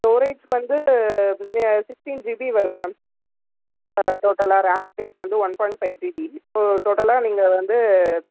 storage வந்து sixteen GB வரும் ma'am டோட்டலாக ரேம் ஸ்பேஸ் வந்து ஒன் பாயிண்ட் ஃபை ஜிபி டோட்டலாக நீங்கள் வந்து